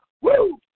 Woo